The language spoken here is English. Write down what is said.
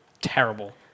terrible